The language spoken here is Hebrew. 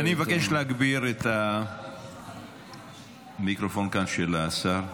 אני מבקש להגביר את המיקרופון של השר כאן.